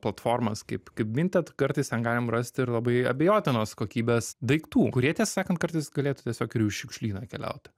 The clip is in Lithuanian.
platformas kaip kaip vinted kartais ten galim rasti ir labai abejotinos kokybės daiktų kurie tiesą sakant kartais galėtų tiesiog jau ir į šiukšlyną keliaut